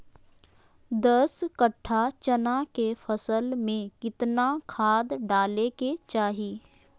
दस कट्ठा चना के फसल में कितना खाद डालें के चाहि?